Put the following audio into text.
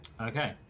Okay